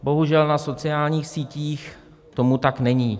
Bohužel na sociálních sítích tomu tak není.